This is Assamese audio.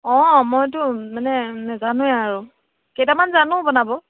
অঁ মইতো মানে নাজানোৱে আৰু কেইটামান জানো বনাব